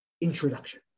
introduction